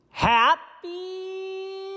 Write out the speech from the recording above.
happy